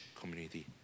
community